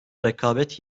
rekabet